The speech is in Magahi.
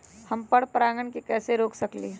हम पर परागण के कैसे रोक सकली ह?